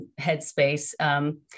headspace